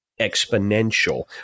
exponential